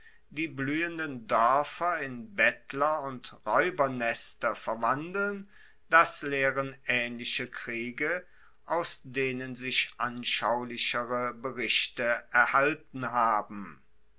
die bluehenden doerfer in bettler und raeubernester verwandeln das lehren aehnliche kriege aus denen sich anschaulichere berichte erhalten haben